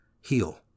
heal